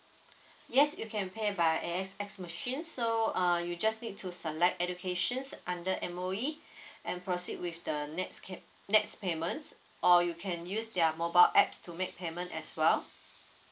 yes you can pay by A_X_S machines so uh you just need to select educations under M_O_E and proceed with the next can next payments or you can use their mobile apps to make payment as well